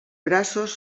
braços